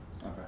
Okay